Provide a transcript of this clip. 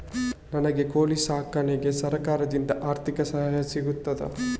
ನನಗೆ ಕೋಳಿ ಸಾಕಾಣಿಕೆಗೆ ಸರಕಾರದಿಂದ ಆರ್ಥಿಕ ಸಹಾಯ ಸಿಗುತ್ತದಾ?